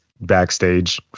backstage